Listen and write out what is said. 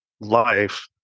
life